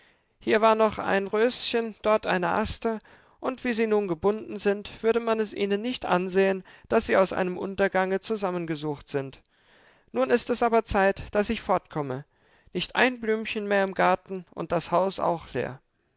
hier war noch ein röschen dort eine aster und wie sie nun gebunden sind würde man es ihnen nicht ansehen daß sie aus einem untergange zusammengesucht sind nun ist es aber zeit daß ich fortkomme nicht ein blümchen mehr im garten und das haus auch leer